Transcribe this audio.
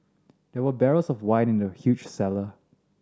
there were barrels of wine in the huge cellar